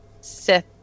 Sith